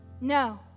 No